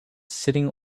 sitting